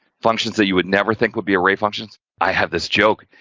functions that you would never think would be array functions. i have this joke,